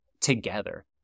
together